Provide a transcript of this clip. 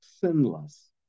sinless